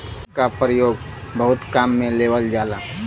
गांजा क परयोग बहुत काम में लेवल जाला